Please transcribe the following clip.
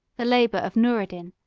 the labor of noureddin,